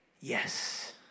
yes